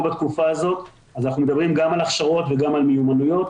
בתקופה הזאת אז אנחנו מדברים גם על הכשרות וגם על מיומנויות,